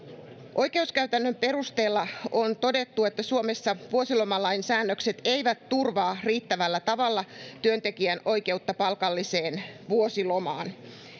oikeuskäytännön perusteella on todettu että suomessa vuosilomalain säännökset eivät turvaa riittävällä tavalla työntekijän oikeutta palkalliseen vuosilomaan